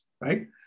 right